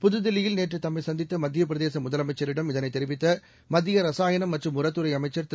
புதுதில்லியில் நேற்று தம்மைச் சந்தித்த மத்தியப் பிரதேச முதலமைச்சரிடம் இதனைத் தெரிவித்த மத்திய ரசாயனம் மற்றும் உரத்துறை அமைச்சர் திரு